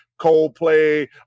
Coldplay